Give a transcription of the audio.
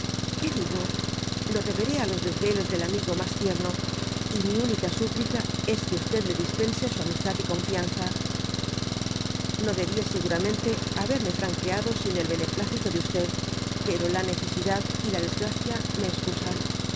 qué digo lo deberé á los desvelos del amigo mas tierno y mi única súplica es que le dispense su amistad y confianza no debia seguramente haberme franqueado sin el beneplácito de pero la necesidad y la desgracia me